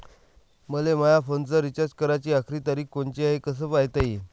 मले माया फोनचा रिचार्ज कराची आखरी तारीख कोनची हाय, हे कस पायता येईन?